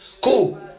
cool